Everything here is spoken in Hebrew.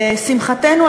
לשמחתנו,